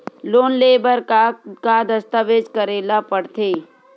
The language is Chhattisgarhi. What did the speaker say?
लोन ले बर का का दस्तावेज करेला पड़थे?